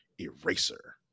eraser